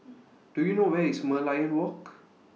Do YOU know Where IS Merlion Walk